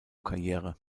karriere